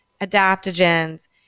adaptogens